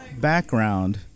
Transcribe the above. background